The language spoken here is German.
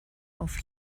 auf